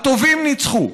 הטובים ניצחו.